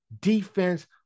defense